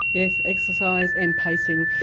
yes, exercise and pacing.